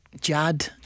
Judd